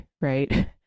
right